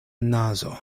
nazo